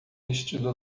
vestido